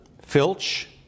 filch